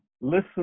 Listen